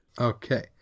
Okay